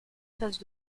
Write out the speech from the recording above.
phase